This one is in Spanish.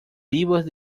vivos